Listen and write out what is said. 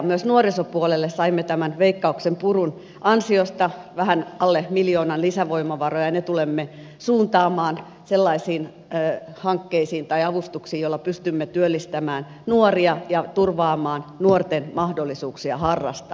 myös nuorisopuolelle saimme veikkauksen purun ansiosta vähän alle miljoonan lisävoimavaroja ja ne tulemme suuntaamaan sellaisiin hankkeisiin tai avustuksiin joilla pystymme työllistämään nuoria ja turvaamaan nuorten mahdollisuuksia harrastaa